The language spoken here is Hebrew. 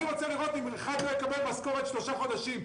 אני רוצה לראות אם אחד מהם לא יקבל משכורת שלושה חודשים,